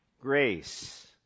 grace